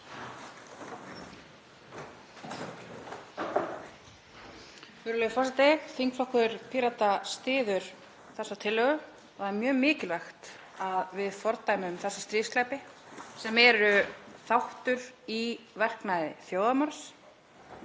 Virðulegur forseti. Þingflokkur Pírata styður þessa tillögu. Það er mjög mikilvægt að við fordæmum þessa stríðsglæpi sem eru þáttur í verknaði þjóðarmorðs,